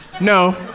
No